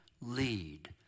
lead